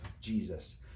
Jesus